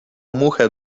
muchę